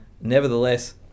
Nevertheless